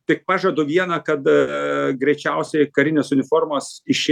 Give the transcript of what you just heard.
tik pažadu vieną kad aaa greičiausiai karinės uniformos išėjus